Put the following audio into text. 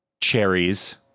cherries